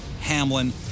Hamlin